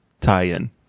tie-in